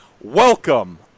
welcome